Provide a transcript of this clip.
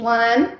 one